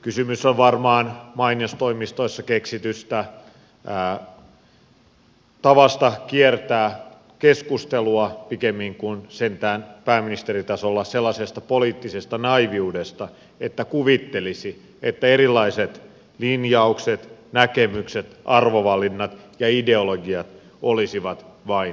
kysymys on varmaan mainostoimistoissa keksitystä tavasta kiertää keskustelua pikemmin kuin sentään pääministeritasolla sellaisesta poliittisesta naiiviudesta että kuvittelisi että erilaiset linjaukset näkemykset arvovalinnat ja ideologiat olisivat vain riitelyä